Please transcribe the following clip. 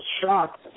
shocked